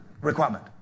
requirement